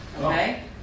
Okay